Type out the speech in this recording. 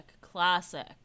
Classic